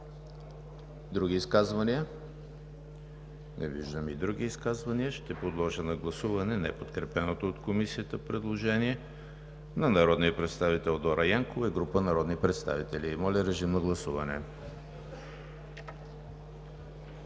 Други изказвания? Не виждам. Ще подложа на гласуване неподкрепеното от Комисията предложение на народния представител Дора Янкова и група народни представители. Гласували